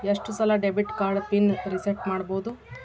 ಎಷ್ಟ ಸಲ debit card PIN reset ಮಾಡಬೋದು